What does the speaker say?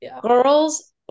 girls